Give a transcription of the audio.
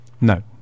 no